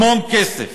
המון כסף,